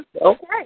Okay